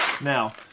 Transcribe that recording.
Now